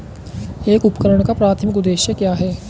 एक उपकरण का प्राथमिक उद्देश्य क्या है?